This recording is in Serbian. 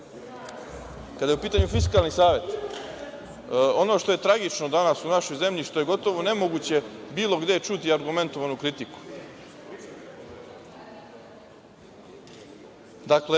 je u pitanju Fiskalni savet, ono što je tragično danas u našoj zemlji, što je gotovo nemoguće bilo gde čuti argumentovanu kritiku, dakle